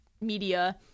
media